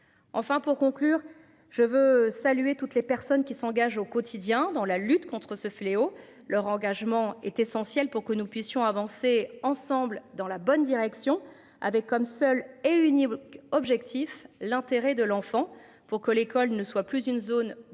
Enfin pour conclure je veux saluer toutes les personnes qui s'engagent au quotidien dans la lutte contre ce fléau. Leur engagement est essentielle pour que nous puissions avancer ensemble dans la bonne direction avec, comme seul et unique objectif, l'intérêt de l'enfant pour que l'école ne soit plus une zone de non-